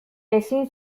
ezin